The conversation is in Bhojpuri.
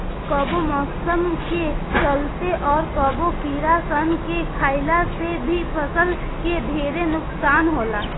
कबो मौसम के चलते, अउर कबो कीड़ा सन के खईला से भी फसल के ढेरे नुकसान होला